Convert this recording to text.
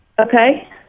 Okay